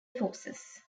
forces